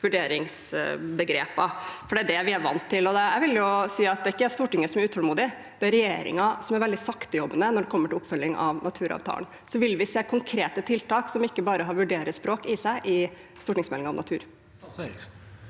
det er det vi er vant til. Jeg vil si at det ikke er Stortinget som er utålmodig, det er regjeringen som er veldig saktejobbende når det gjelder oppfølging av naturavtalen. Vil vi se konkrete tiltak som ikke bare har vurderingsspråk i seg, i stortingsmeldingen om natur?